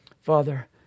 Father